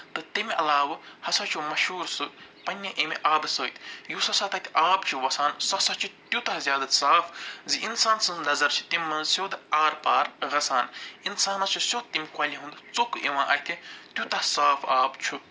تہٕ تَمہِ علاوٕ ہَسا چھُ مشہوٗر سُہ پنٛنہِ اَمہِ آبہٕ سۭتۍ یُس ہَسا تَتہِ آب چھُ وَسان سُہ ہَسا چھُ تیوٗتاہ زیادٕ صاف زِ اِنسان سٕنٛز نظر چھِ تَمہِ منٛز سیوٚد آر پار گَژھان اِنسانس چھِ سیوٚد تَمہِ کۄلہِ ہُنٛد ژوٚک یِوان اَتھِ تیوٗتاہ صاف آب چھُ